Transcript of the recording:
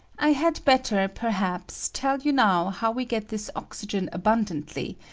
i had better, perhaps, tell you now how we get this oxygen abundantly,